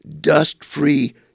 dust-free